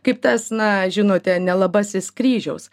kaip tas na žinote nelabasis kryžiaus